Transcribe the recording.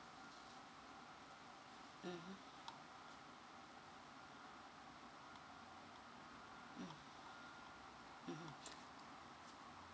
mm mm mm